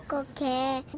ah okay.